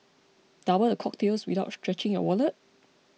double the cocktails without stretching your wallet